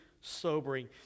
sobering